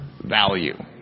value